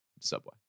subway